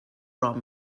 راه